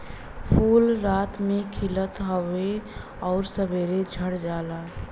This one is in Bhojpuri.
फूल रात में खिलत हउवे आउर सबेरे झड़ जाला